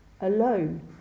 alone